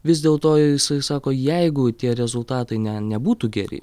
vis dėlto jisai sako jeigu tie rezultatai ne nebūtų geri